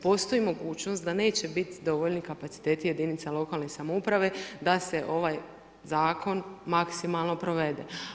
Postoji mogućnost da neće biti dovoljni kapaciteti jedinica lokalne samouprave da se ovaj zakon maksimalno provede.